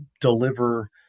deliver